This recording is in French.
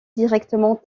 directement